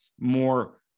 more